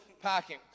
packing